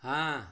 हाँ